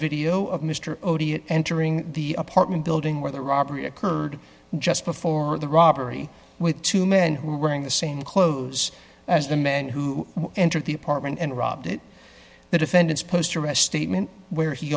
video of mr entering the apartment building where the robbery occurred just before the robbery with two men who were in the same clothes as the man who entered the apartment and robbed it the defendant's post arrest statement where he